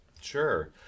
Sure